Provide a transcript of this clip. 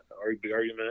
argument